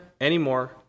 anymore